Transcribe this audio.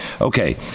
Okay